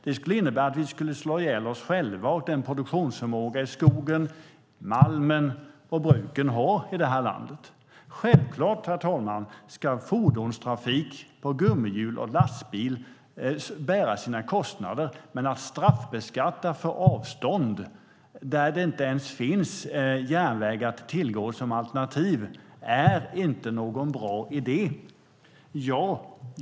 Det skulle innebära att vi skulle slå ihjäl oss själva och den produktionsförmåga som skogen, malmen och bruken har i det här landet. Självklart, herr talman, ska fordonstrafik på gummihjul och lastbil bära sina kostnader, men att straffbeskatta för avstånd där det inte ens finns järnväg att tillgå som alternativ är inte någon bra idé.